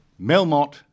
Melmot